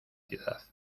ciudad